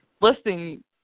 listening